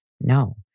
No